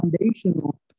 foundational